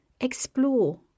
explore